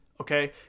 Okay